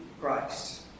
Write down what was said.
Christ